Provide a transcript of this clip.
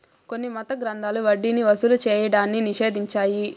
కొన్ని మత గ్రంథాలు వడ్డీని వసూలు చేయడాన్ని నిషేధించాయి